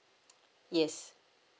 yes